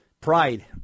pride